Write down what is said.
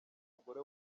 mugore